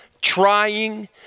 trying